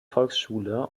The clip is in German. volksschule